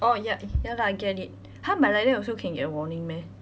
oh ya ya lah I get it !huh! but like that also can get a warning meh